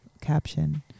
caption